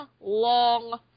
long